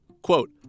Quote